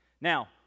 Now